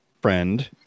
friend